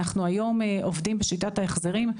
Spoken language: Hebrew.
אנחנו היום עובדים בשיטת ההחזרים.